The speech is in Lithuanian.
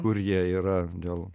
kur jie yra dėl